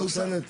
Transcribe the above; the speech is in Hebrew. גם אתה אסף.